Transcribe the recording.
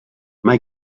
mae